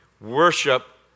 worship